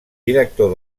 director